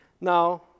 Now